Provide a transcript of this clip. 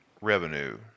Revenue